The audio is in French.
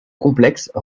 complexe